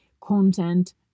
content